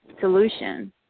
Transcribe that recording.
solution